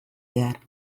behar